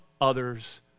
others